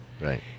Right